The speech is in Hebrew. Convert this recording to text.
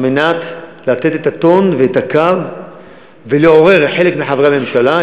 על מנת לתת את הטון ואת הקו ולעורר חלק מחברי הממשלה,